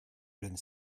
jeune